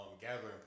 gathering